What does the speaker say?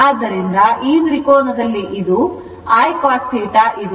ಆದ್ದರಿಂದ ಈ ತ್ರಿಕೋನದಲ್ಲಿ ಇದು I cos θ ಇದೆ